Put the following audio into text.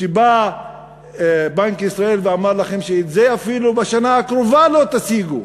בא בנק ישראל ואמר לכם שאפילו את זה בשנה הקרובה לא תשיגו,